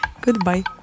Goodbye